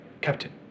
Captain